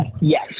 Yes